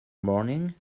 morning